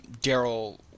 Daryl